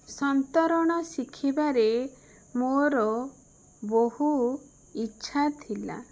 ସନ୍ତରଣ ଶିଖିବାରେ ମୋର ବହୁ ଇଚ୍ଛା ଥିଲା